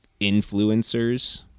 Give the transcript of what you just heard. influencers